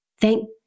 thank